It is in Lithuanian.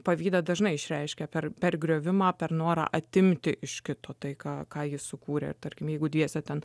pavydą dažnai išreiškia per per griovimą per norą atimti iš kito tai ką ką jis sukūrė tarkim jeigu dviese ten